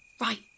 Right